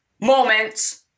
moments